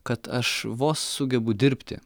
kad aš vos sugebu dirbti